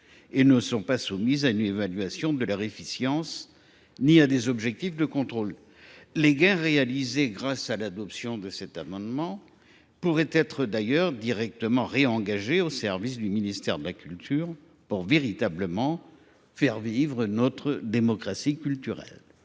et ne sont pas soumises à une évaluation de leur efficience ni à des objectifs de contrôle. Les gains que cet amendement permettrait de réaliser s’il était adopté pourraient être d’ailleurs directement réengagés au service du ministère de la culture, pour véritablement faire vivre notre démocratie culturelle.